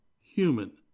human